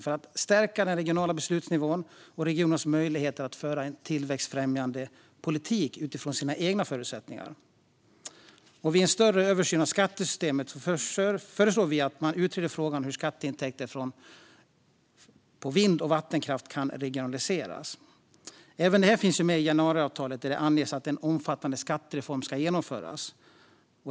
På så sätt stärks den regionala beslutsnivån och regionernas möjligheter att föra en tillväxtfrämjande politik utifrån sina egna förutsättningar. Vid en större översyn av skattesystemet föreslår vi att man utreder frågan om hur skatteintäkter från vind och vattenkraft kan regionaliseras. Även detta finns med i januariavtalet, där det anges att en omfattande skattereform ska genomföras.